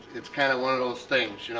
it's kind of one of those things, you know